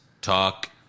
talk